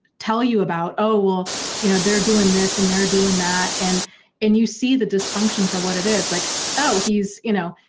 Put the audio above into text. tell you about, oh, well you know, they're doing this and they're doing that and and you see the dysfunction for what it is like oh, he's you know,